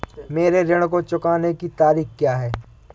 मेरे ऋण को चुकाने की तारीख़ क्या है?